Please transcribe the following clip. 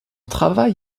travail